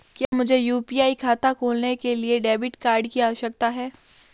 क्या मुझे यू.पी.आई खाता खोलने के लिए डेबिट कार्ड की आवश्यकता है?